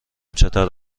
چطور